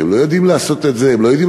שהם לא יודעים לעשות את זה והם לא יודעים